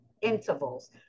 intervals